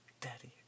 Daddy